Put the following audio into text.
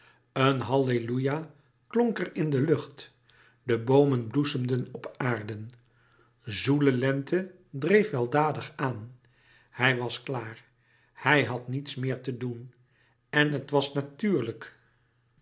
een halleluja klonk er in de lucht de boomen bloesemden op aarde zoele lente dreef weldadig aan hij was klaar hij had niets meer te doen en het was natuurlijk